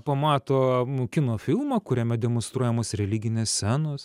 pamato kino filmą kuriame demonstruojamos religinės scenos